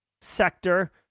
sector